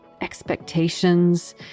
expectations